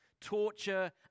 torture